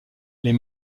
les